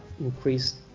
increased